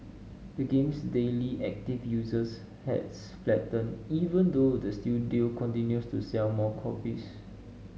the game's daily active users has flattened even though the studio continues to sell more copies